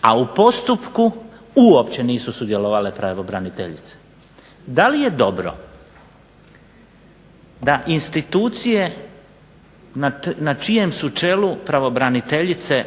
a u postupku uopće nisu sudjelovale pravobraniteljice. Da li je dobro da institucije na čijem su čelu pravobraniteljice